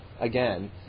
Again